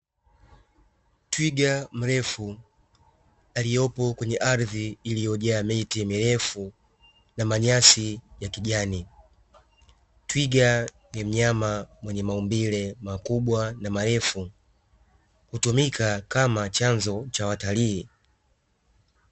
Twiga mrefu aliyopo kwenye ardhi iliyojaa miti mirefu na manyasi ya kijani, twiga ni mnyama mwenye maumbile makubwa na marefu hutumika kama chanzo cha watalii.